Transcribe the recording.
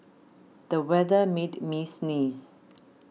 the weather made me sneeze